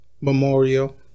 Memorial